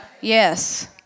Yes